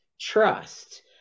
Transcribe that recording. trust